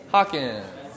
Hawkins